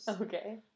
Okay